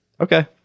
Okay